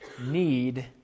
need